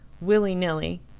willy-nilly